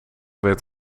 werd